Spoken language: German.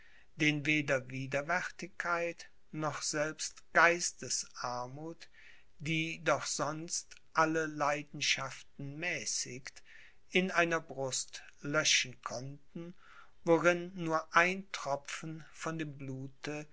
den weder widerwärtigkeit noch selbst geistesarmuth die doch sonst alle leidenschaften mäßigt in einer brust löschen konnten worin nur ein tropfen von dem blute